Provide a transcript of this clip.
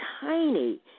tiny